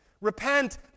Repent